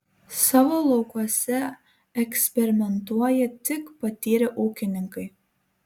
savo laukuose eksperimentuoja tik patyrę ūkininkai